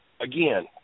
again